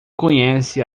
conhece